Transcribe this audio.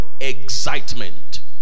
excitement